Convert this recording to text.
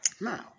Now